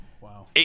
Wow